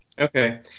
Okay